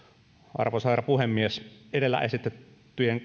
arvoisa herra puhemies edellä esitettyä